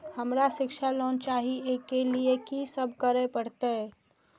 हमरा शिक्षा लोन चाही ऐ के लिए की सब करे परतै?